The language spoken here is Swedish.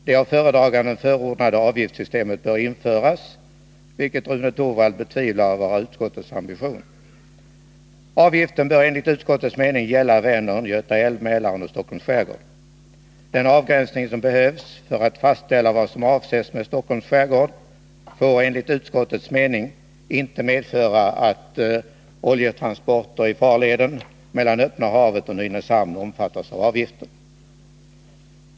Det av föredraganden förordade avgiftssystemet bör införas — vilket Rune Torwald betvivlar vara utskottets ambition. Avgiften bör enligt utskottets mening gälla Vänern-Göta älv, Mälaren och Stockholms skärgård. Den avgränsning som behövs för att fastställa vad som avses med Stockholms skärgård får enligt utskottets mening inte medföra att oljetransporter i farleden mellan öppna havet och Nynäshamn omfattas av avgiften.